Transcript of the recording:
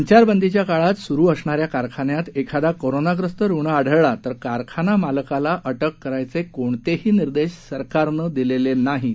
संचारबंदीच्या काळात सुरू असणाऱ्या कारखान्यात एखादा कोरोनाग्रस्त रुग्ण आढळला तर कारखाना मालकाला अटक करण्याचे कोणतेही निर्देश सरकारनं दिलेले नाहीत